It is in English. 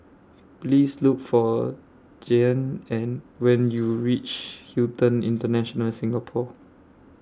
Please Look For Jeanne and when YOU REACH Hilton International Singapore